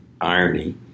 irony